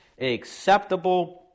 acceptable